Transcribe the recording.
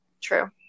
True